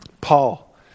Paul